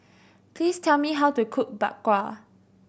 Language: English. please tell me how to cook Bak Kwa